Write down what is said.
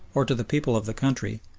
or to the people of the country,